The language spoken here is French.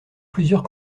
plusieurs